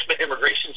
immigration